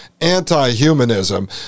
anti-humanism